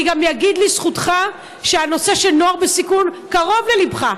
אני גם אגיד לזכותך שהנושא של נוער בסיכון קרוב לליבך.